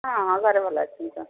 ହଁ ହଁ ଘରେ ଭଲ ଅଛନ୍ତି